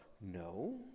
No